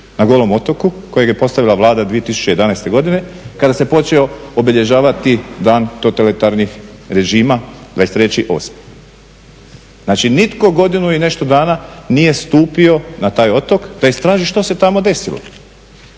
na Golom otoku koji je postavila Vlada 2011.godine kada se počeo obilježavati Dan totalitarnih režima 23.8. Znači nitko godinu i nešto dana nije stupio na taj otok da istraži što se tamo desilo.